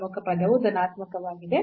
ಪ್ರಮುಖ ಪದವು ಧನಾತ್ಮಕವಾಗಿದೆ